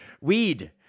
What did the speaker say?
weed